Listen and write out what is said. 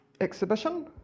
Exhibition